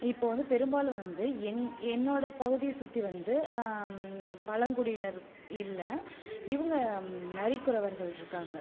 இப்போ வந்து பெரும்பாலும் வந்து எங் என்னோட பகுதியை சுற்றி வந்து பழங்குடியினர் இல்லை இவங்க நரிக்குறவர்கள் இருக்காங்க